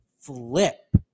flip